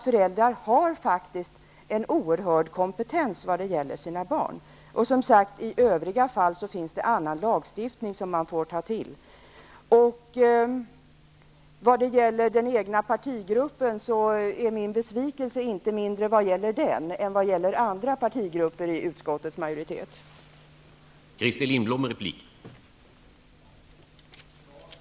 Föräldrar har faktiskt en oerhörd kompetens i vad gäller kunskapen om sina barn. I övriga fall finns det annan lagstiftning att ta till. Min besvikelse över min egen partigrupps inställning är inte mindre än min besvikelse över andra partigruppers i utskottets majoritet inställning.